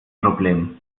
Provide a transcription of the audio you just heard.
problem